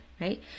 right